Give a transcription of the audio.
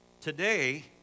Today